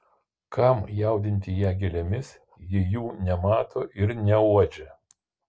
kam jaudinti ją gėlėmis jei jų nemato ir neuodžia